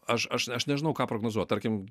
aš aš aš nežinau ką prognozuot tarkim